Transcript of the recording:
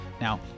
Now